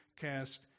cast